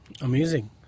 Amazing